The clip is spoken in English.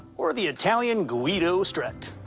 or the italian guido strut.